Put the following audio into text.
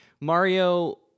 Mario